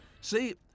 See